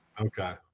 Okay